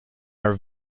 are